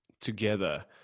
together